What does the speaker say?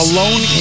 Alone